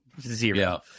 zero